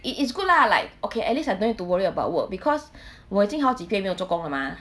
it is good lah like okay at least I don't to worry about work because 我已经好几天没有做工了吗